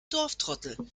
dorftrottel